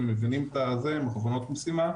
הם את זה הם מכוונים משימה.